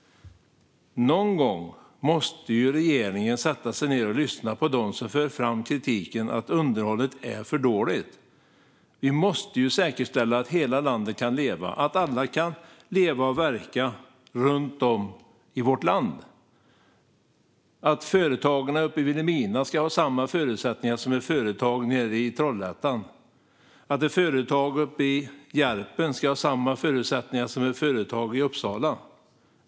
Någon gång måste regeringen sätta sig ned och lyssna på dem som för fram kritiken och säger att underhållet är för dåligt. Vi måste säkerställa att hela landet kan leva. Alla ska kunna leva och verka runt om i vårt land. Företagen uppe i Vilhelmina ska ha samma förutsättningar som företag nere i Trollhättan. Ett företag uppe i Järpen ska ha samma förutsättningar som ett företag i Uppsala.